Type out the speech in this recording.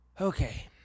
Okay